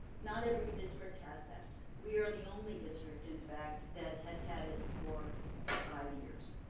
not every district has that. we are the only district, in fact, that has had it for five years.